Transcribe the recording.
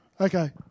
Okay